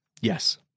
Yes